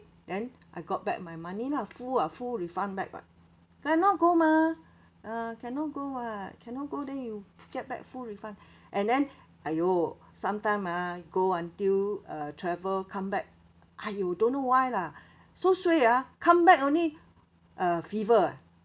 then I got back my money lah full ah full refund back [what] dare not go mah ah cannot go [what] cannot go then you get back full refund and then !aiyo! sometime ah go until uh travel come back !aiyo! don't know why lah so suay ah come back only uh fever